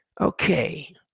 Okay